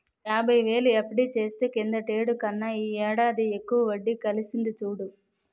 యాబైవేలు ఎఫ్.డి చేస్తే కిందటేడు కన్నా ఈ ఏడాది ఎక్కువ వడ్డి కలిసింది చూడు